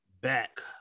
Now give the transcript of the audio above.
back